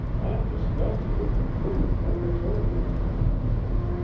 i'm disgusted with the food and the service, he complained.